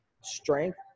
strength